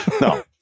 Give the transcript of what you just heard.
No